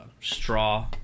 straw